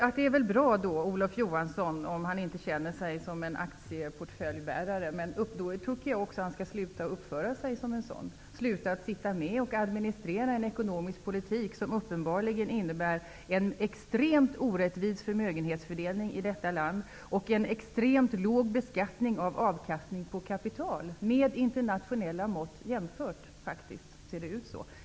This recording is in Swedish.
Det är väl bra om Olof Johansson inte känner sig som en aktieportföljbärare, men då tycker jag också att han skall sluta att uppföra sig som en sådan. Han borde sluta att sitta med och administrera en ekonomisk politik som uppenbarligen innebär en extremt orättvis förmögenhetsfördelning i detta land och en extremt låg beskattning av avkastning på kapital med internationella mått mätt.